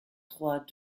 trois